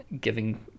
giving